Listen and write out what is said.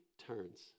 turns